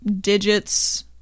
digits